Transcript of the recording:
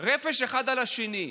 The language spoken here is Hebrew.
רפש אחד על השני: